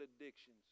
addictions